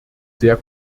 sehr